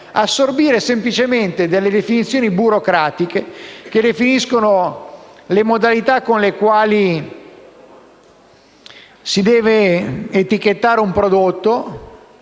assorbire semplicemente delle definizioni burocratiche che definiscono le modalità con le quali si deve etichettare un prodotto?